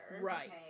Right